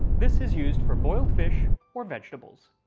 this is used for boiled fish or vegetables.